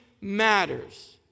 matters